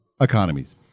economies